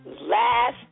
Last